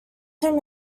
him